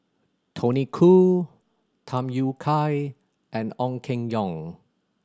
Tony Khoo Tham Yui Kai and Ong Keng Yong